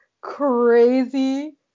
crazy